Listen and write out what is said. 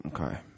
Okay